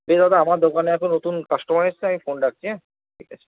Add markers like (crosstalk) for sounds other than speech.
(unintelligible) দাদা আমার দোকানে এখন নতুন কাস্টোমার এসছে আমি ফোন রাখছি হ্যাঁ ঠিক আছে